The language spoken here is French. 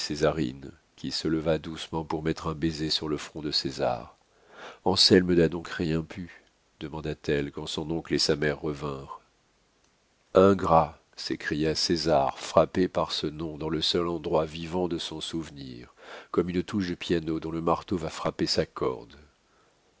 qui se leva doucement pour mettre un baiser sur le front de césar anselme n'a donc rien pu demanda-t-elle quand son oncle et sa mère revinrent ingrat s'écria césar frappé par ce nom dans le seul endroit vivant de son souvenir comme une touche de piano dont le marteau va frapper sa corde